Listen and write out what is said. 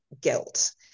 guilt